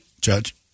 judge